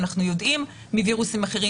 שאנחנו יודעים מווירוסים אחרים,